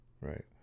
right